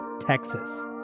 Texas